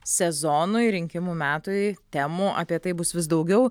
sezonui rinkimų metui temų apie tai bus vis daugiau